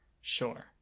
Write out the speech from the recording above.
sure